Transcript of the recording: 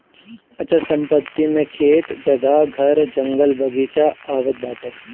अचल संपत्ति मे खेत, जगह, घर, जंगल, बगीचा आवत बाटे